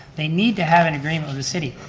they need to have an agreement with the city.